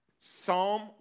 Psalm